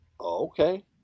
Okay